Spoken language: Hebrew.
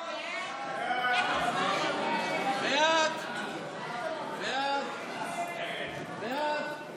הצעת הוועדה בדבר